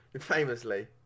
Famously